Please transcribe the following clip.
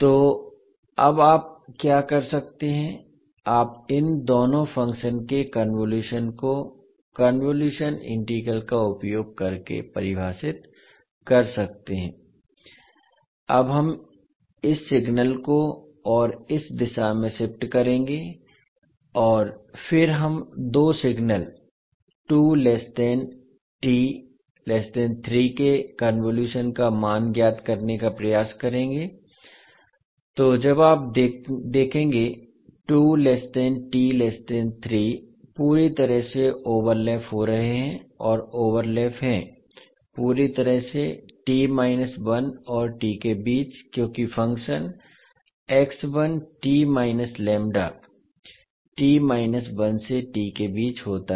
तो अब आप क्या कर सकते हैं आप इन दोनों फंक्शन के कन्वोलुशन को कन्वोलुशन इंटीग्रल का उपयोग करके परिभाषित कर सकते हैं अब हम इस सिग्नल को और इस दिशा में शिफ्ट करेंगे और फिर हम दो सिग्नल के कन्वोलुशन का मान ज्ञात करने का प्रयास करेंगे तो जब आप देखेंगे पूरी तरह से ओवरलैप हो रहे हैं और ओवरलैप है पूरी तरह से और t के बीच क्योंकि फ़ंक्शन t 1 से t के बीच होता है